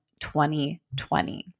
2020